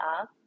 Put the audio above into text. up